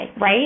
right